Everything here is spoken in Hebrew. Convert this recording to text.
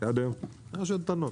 הן רשויות קטנות.